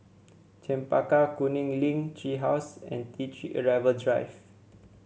Chempaka Kuning Link Tree House and T Three Arrival Drive